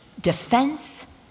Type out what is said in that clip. defense